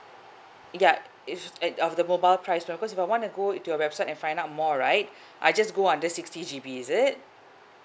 ya it's uh of the mobile price plan because if I wanna go into your website and find out more right I just go under sixty G_B is it